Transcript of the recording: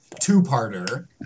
two-parter